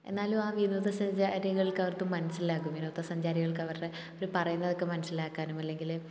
എന്നാലും ആ വിനോദസഞ്ചാരികൾക്ക് അവർക്ക് മനസ്സിലാകും വിനോദസഞ്ചാരികൾക്ക് അവരുടെ അവർ പറയുന്നതൊക്കെ മനസ്സിലാക്കാനും അല്ലെങ്കിൽ